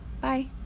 Bye